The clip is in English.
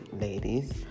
ladies